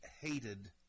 hated